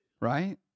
Right